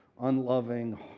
unloving